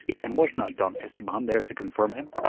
and was not don esteban there to confirm him?